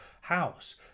house